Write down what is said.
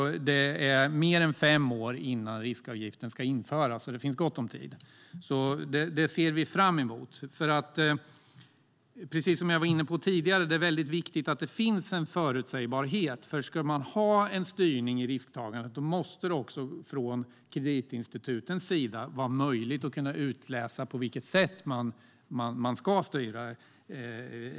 Det är mer än fem år innan riskavgiften ska införas, så det finns gott om tid. Vi ser fram emot det. Precis som jag var inne på tidigare är det viktigt att det finns en förutsägbarhet. Om man ska ha en styrning i risktagandet måste det vara möjligt för kreditinstituten att utläsa på vilket sätt riskerna ska styras.